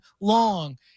long